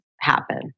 happen